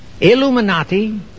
Illuminati